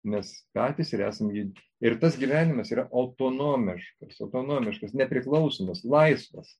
mes patys ir esam ju ir tas gyvenimas yra autonomiškas autonomiškas nepriklausomas laisvas